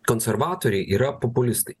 konservatoriai yra populistai